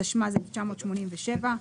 התשמ"ז-1987.